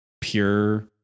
pure